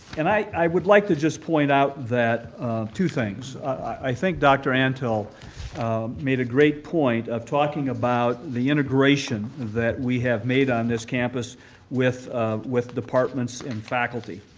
and i would like to just point out that two things. i think dr. antle made a great point of talking about the integration we have made on this campus with with departments and faculty.